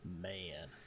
man